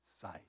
sight